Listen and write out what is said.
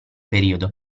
periodo